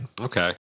Okay